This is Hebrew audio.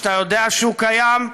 שאתה יודע שהוא קיים.